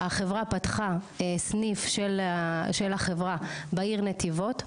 החברה פתחה סניף של החברה בעיר נתיבות.